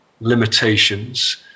limitations